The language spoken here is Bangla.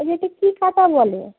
এগুলোকে কী কাঁটা বলে